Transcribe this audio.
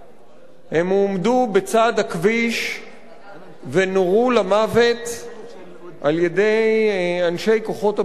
הם הועמדו בצד הכביש ונורו למוות על-ידי אנשי כוחות הביטחון,